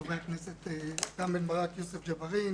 חברי הכנסת רם בן ברק ויוסף ג'בארין,